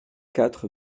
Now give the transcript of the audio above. quatre